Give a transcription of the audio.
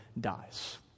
dies